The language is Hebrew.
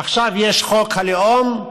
עכשיו יש חוק הלאום,